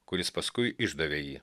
kuris paskui išdavė jį